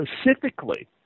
specifically